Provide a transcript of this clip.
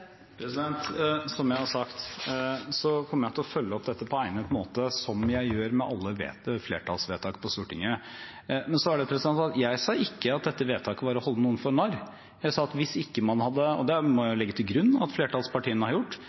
følge opp dette på egnet måte, som jeg gjør med alle flertallsvedtak på Stortinget. Men jeg sa ikke at dette vedtaket var å holde noen for narr. Jeg sa at hvis man ikke – og det må jeg jo legge til grunn at flertallspartiene har gjort